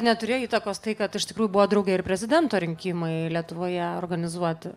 neturėjo įtakos tai kad iš tikrųjų buvo drauge ir prezidento rinkimai lietuvoje organizuoti